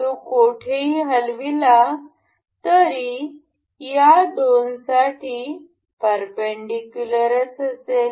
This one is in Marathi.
तो कोठेही हलविला तरी या दोनसाठी परपेंडिकुलर असेल